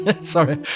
Sorry